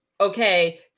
okay